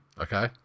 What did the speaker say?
Okay